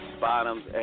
Bottoms